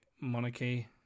monarchy